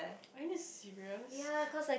are you serious